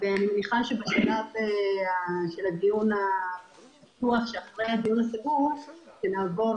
ואני מניחה שבשלב של הדיון שבו נעבור